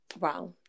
wow